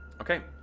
Okay